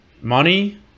money